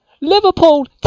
Liverpool